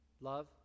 Love